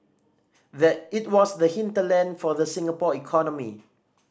that it was the hinterland for the Singapore economy